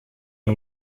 uwo